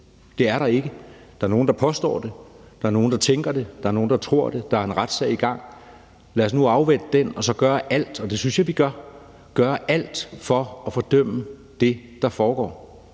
Det er der ikke. Der er nogle, der påstår det; der er nogle, der tænker det, og der er nogle, der tror det. Der er en retssag i gang. Lad os nu afvente den og så gøre alt, og det synes jeg vi gør, for at fordømme det, der foregår.